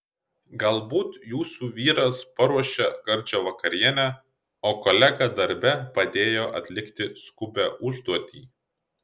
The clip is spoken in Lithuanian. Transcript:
galbūt jūsų vyras paruošė gardžią vakarienę o kolega darbe padėjo atlikti skubią užduotį